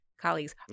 colleagues